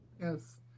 yes